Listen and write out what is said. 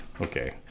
okay